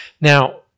Now